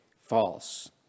false